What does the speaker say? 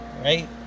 Right